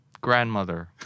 grandmother